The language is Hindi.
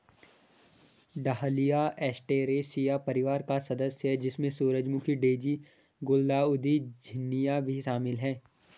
डहलिया एस्टेरेसिया परिवार का सदस्य है, जिसमें सूरजमुखी, डेज़ी, गुलदाउदी, झिननिया भी शामिल है